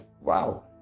wow